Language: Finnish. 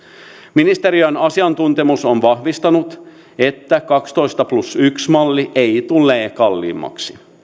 ministeriön asiantuntemus on vahvistanut että kaksitoista plus yksi malli ei ei tule kalliimmaksi